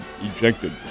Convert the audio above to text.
ejected